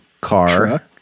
car